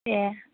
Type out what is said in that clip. ए